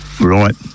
Right